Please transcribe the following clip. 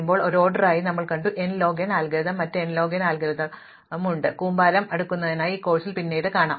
ലയനം അടുക്കൽ ഒരു ഓർഡറായി ഞങ്ങൾ കണ്ടു n ലോഗ് എൻ അൽഗോരിതം മറ്റ് n ലോഗ് എൻ അൽഗോരിതം ഉണ്ട് കൂമ്പാര അടുക്കലിനായി ഈ കോഴ്സിൽ പിന്നീട് ഒന്ന് കാണും